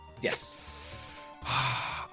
Yes